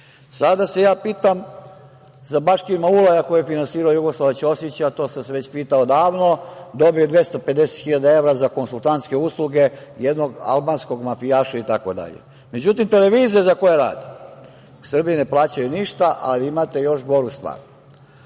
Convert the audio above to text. Sada se ja pitam za Baškima Ulaja koji je finansirao Jugoslava Ćosića, a to sam se već pitao odavno, dobio je 250 hiljada evra za konsultantske usluge jednog albanskog mafijaša itd.Međutim, televizije za koje radi, Srbiji ne plaćaju ništa, ali imate još goru stvar.